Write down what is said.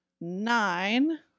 Nine